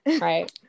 Right